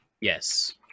Yes